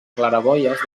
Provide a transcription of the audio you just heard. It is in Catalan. claraboies